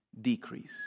decrease